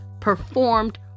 performed